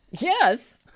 yes